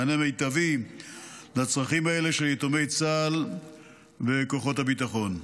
מענה מיטבי לצרכים האלה של יתומי צה"ל וכוחות הביטחון.